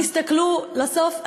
תסתכלו לסוף.